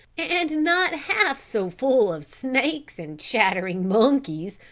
and not half so full of snakes and chattering monkeys,